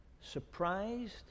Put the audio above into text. surprised